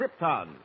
Krypton